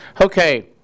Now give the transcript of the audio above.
Okay